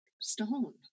stone